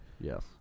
Yes